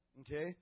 okay